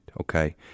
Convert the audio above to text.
okay